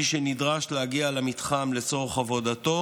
מי שנדרש להגיע למתחם לצורך עבודתו